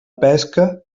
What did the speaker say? pesca